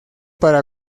para